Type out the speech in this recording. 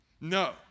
No